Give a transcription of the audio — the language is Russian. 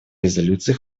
резолюции